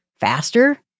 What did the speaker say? faster